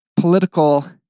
political